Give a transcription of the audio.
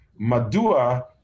Madua